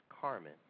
Carmen